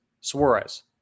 Suarez